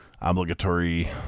obligatory